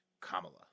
Kamala